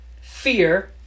fear